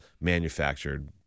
manufactured